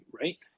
right